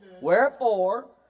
Wherefore